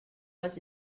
was